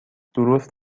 درست